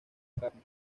carne